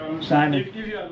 Simon